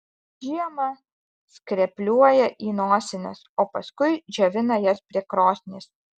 žiemą skrepliuoja į nosines o paskui džiovina jas prie krosnies